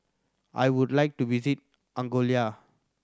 I would like to visit Angola